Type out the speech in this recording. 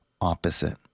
opposite